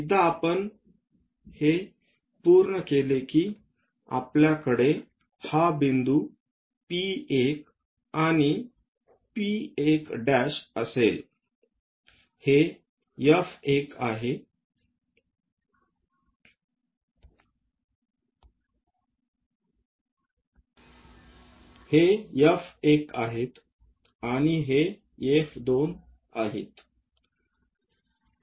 एकदा आपण हे पूर्ण केले की आपल्याकडे हा बिंदू P1 आणि P1' असेल हे F1 आहेत आणि हे F2 आहे आणि हे देखील F2 आहे आणि हे F1 आहे